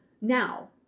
Now